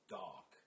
dark